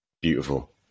beautiful